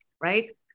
right